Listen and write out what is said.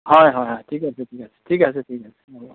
হয় হয় হয় ঠিকে ঠিকে ঠিক আছে ঠিক আছে হ'ব